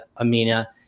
amina